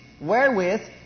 wherewith